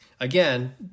again